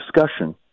discussion